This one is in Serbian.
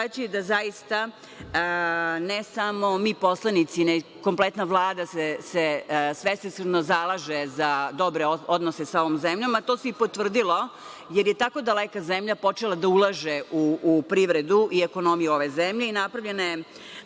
je da zaista, ne samo mi poslanici nego kompletna Vlada svesrdno zalaže za dobre odnose sa ovom zemljom, a to se i potvrdilo jer je tako daleka zemlja počela da ulaže u privredu i ekonomiju ove zemlje i napravljena je